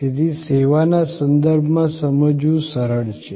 તેથી સેવાના સંદર્ભમાં સમજવું સરળ છે